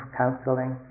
counseling